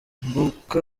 mboka